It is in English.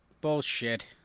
Bullshit